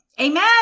Amen